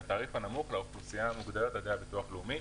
לתעריף הנמוך לאוכלוסייה המוגדרת על ידי הביטוח הלאומי.